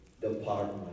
department